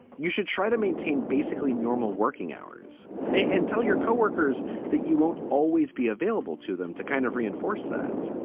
you should try to maintain basically normal working hours and tell your co-workers that you won't always be available to them to kind of reinforce that.